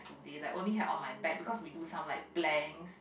they like only had on my back because we do some like plank